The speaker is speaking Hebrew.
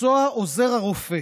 מקצוע עוזר הרופא